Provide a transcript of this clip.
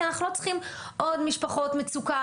כי אנחנו לא צריכים עוד משפחות מצוקה,